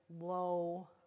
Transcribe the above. low